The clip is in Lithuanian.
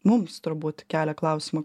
mums turbūt kelia klausimą